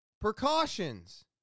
precautions